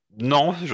Non